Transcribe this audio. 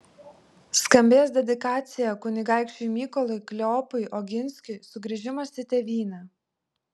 skambės dedikacija kunigaikščiui mykolui kleopui oginskiui sugrįžimas į tėvynę